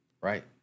right